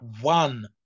one